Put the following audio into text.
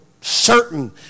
certain